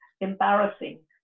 embarrassing